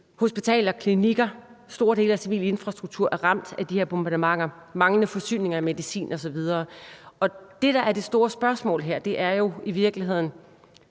hospitaler, klinikker, store dele af den civile infrastruktur er ramt af de her bombardementer, der er manglende forsyninger af medicin osv. Det, der er det store spørgsmål her, er jo i virkeligheden,